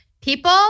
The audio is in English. People